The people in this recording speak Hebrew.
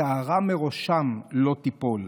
שערה מראשם לא תיפול.